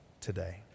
today